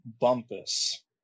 Bumpus